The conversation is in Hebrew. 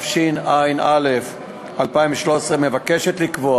(תיקון), התשע"ג 2013,